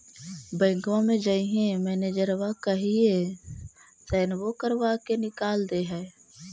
बैंकवा मे जाहिऐ मैनेजरवा कहहिऐ सैनवो करवा के निकाल देहै?